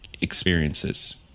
experiences